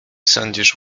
sądzisz